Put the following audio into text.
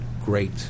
great